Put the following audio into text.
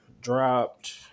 dropped